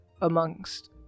amongst